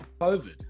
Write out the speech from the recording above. COVID